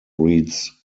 reads